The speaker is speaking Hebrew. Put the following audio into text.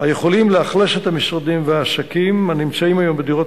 היכולים לאכלס את המשרדים והעסקים הנמצאים היום בדירות